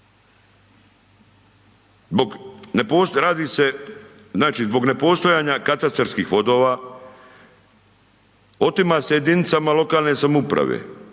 zbog nepostojanja katastarskih vodova, otima se jedinicama lokalne samouprave